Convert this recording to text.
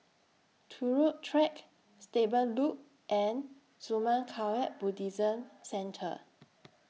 Turut Track Stable Loop and Zurmang Kagyud Buddhist Centre